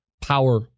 power